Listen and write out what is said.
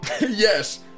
Yes